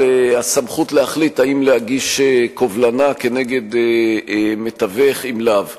הסמכות להחליט אם להגיש קובלנה כנגד מתווך אם לאו.